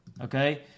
okay